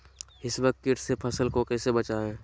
हिसबा किट से फसल को कैसे बचाए?